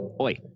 Oi